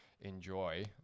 Enjoy